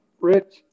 Rich